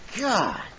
God